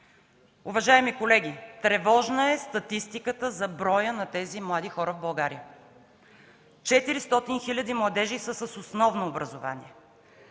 Уважаеми колеги, тревожна е статистиката за броя на тези млади хора в България. Четиристотин хиляди младежи са с основно образование,